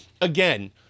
again